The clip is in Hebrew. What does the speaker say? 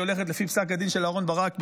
היא הולכת לפי פסק הדין של אהרן ברק בבג"ץ,